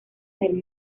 del